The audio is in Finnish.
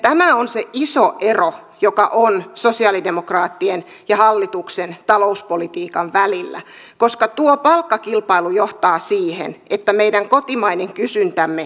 tämä on se iso ero joka on sosialidemokraattien ja hallituksen talouspolitiikan välillä koska tuo palkkakilpailu johtaa siihen että meidän kotimainen kysyntämme hiipuu